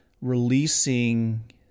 releasing